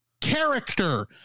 character